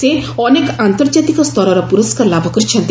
ସେ ଅନେକ ଆନ୍ତର୍ଜାତିକ ସ୍ତରର ପ୍ରରସ୍କାର ଲାଭ କରିଛନ୍ତି